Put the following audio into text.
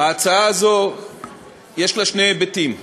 להצעה הזו יש שני היבטים: